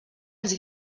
ens